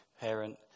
parent